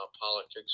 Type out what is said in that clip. politics